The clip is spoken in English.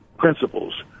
principles